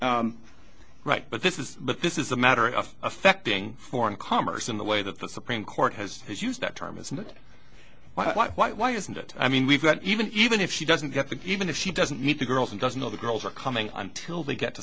chinese right but this is but this is a matter of affecting foreign commerce in a way that the supreme court has has used that term is not why isn't it i mean we've got even even if she doesn't get the even if she doesn't meet the girls and doesn't know the girls are coming until they get to